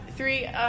Three